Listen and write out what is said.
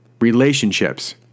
relationships